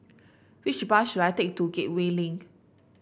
which bus should I take to Gateway Link